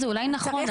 זה אולי נכון,